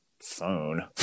phone